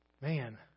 Man